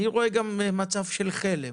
אני רואה גם מצב של חלם.